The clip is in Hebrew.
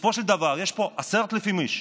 בסופו של דבר יש פה 10,000 איש,